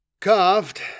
Carved